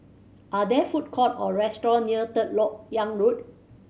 are there food court or restaurant near Third Lok Yang Road